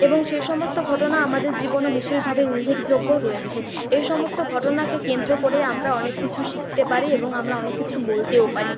এবং সে সমস্ত ঘটনা আমাদের জীবনেও বিশেষভাবে উল্লেখযোগ্য রয়েছে এই সমস্ত ঘটনাকে কেন্দ্র করে আমরা অনেক কিছু শিখতে পারি এবং আমরা অনেক কিছু বলতেও পারি